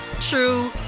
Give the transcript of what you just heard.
true